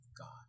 God